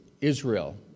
Israel